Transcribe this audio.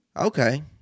Okay